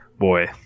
boy